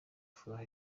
furaha